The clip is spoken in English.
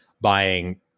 buying